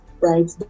right